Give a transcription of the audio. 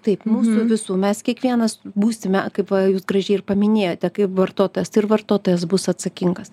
taip mūsų visų mes kiekvienas būsime kaip jūs gražiai ir paminėjote kaip vartotojas ir vartotojas bus atsakingas